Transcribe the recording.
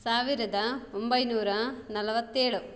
ಸಾವಿರದ ಒಂಬೈನೂರ ನಲವತ್ತೇಳು